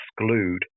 exclude